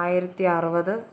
ആയിരത്തി അറുപത്